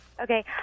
Okay